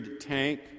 tank